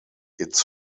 its